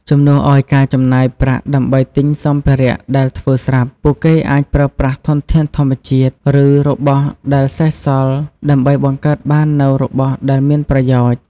ជំនួសឲ្យការចំណាយប្រាក់ដើម្បីទិញសម្ភារៈដែលធ្វើស្រាប់ ពួកគេអាចប្រើប្រាស់ធនធានធម្មជាតិ ឬរបស់ដែលសេសសល់ដើម្បីបង្កើតបាននូវរបស់ដែលមានប្រយោជន៍។